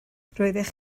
roeddech